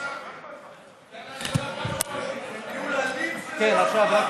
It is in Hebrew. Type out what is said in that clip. ניהול אלים של הישיבה.